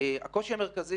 לבצע את עבודתם.